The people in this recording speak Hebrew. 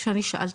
כאשר אני שאלתי,